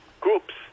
groups